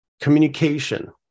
Communication